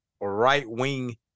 right-wing